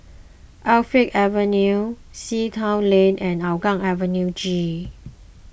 Avenue Sea Town Lane and Hougang Avenue G